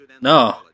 no